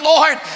Lord